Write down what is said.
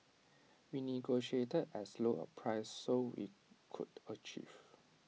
we negotiated as low A price so we could achieve